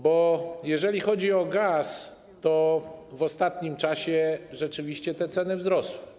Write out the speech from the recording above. Bo jeżeli chodzi o gaz, to w ostatnim czasie rzeczywiście ceny wzrosły.